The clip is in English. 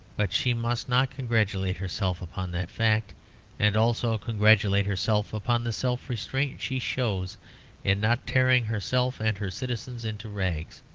but she must not congratulate herself upon that fact and also congratulate herself upon the self-restraint she shows in not tearing herself and her citizens into rags.